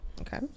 Okay